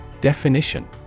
Definition